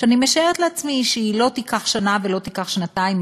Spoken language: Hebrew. אני משערת לעצמי שהיא לא תיקח שנה ולא תיקח שנתיים,